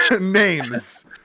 names